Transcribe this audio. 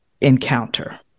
encounter